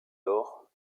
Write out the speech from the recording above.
lors